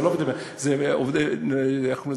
זה עובדי, איך קוראים לזה?